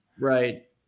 Right